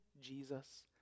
Jesus